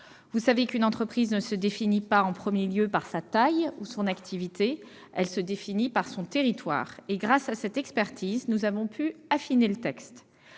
Vous savez qu'une entreprise ne se définit pas en premier lieu par sa taille ou son activité, mais par son territoire. Grâce à cette expertise, nous avons pu affiner le texte.